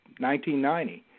1990